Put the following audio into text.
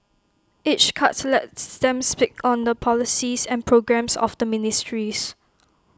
each cut lets them speak on the policies and programmes of the ministries